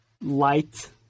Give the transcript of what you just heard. light